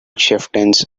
chieftains